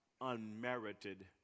unmerited